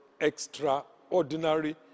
extraordinary